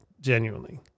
Genuinely